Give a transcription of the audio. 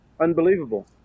unbelievable